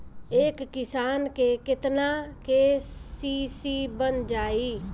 एक किसान के केतना के.सी.सी बन जाइ?